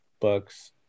books